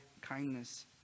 kindness